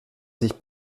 sich